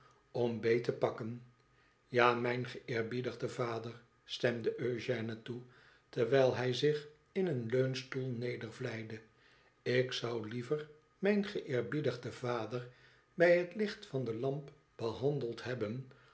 om beet te pakken ja mijn geëerbiedigde vader stemde eugène toe terwijl hij zich in een leunstoel nedervleide ik zou liever mijn geëerbiedigden vader bij het licht van de lamp behandeld hebben